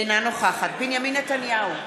אינה נוכחת בנימין נתניהו,